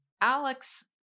alex